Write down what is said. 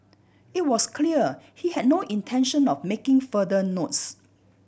it was clear he had no intention of making further notes